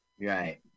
right